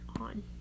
on